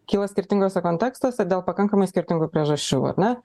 kyla skirtinguose kontekstuose dėl pakankamai skirtingų priežasčių ar ne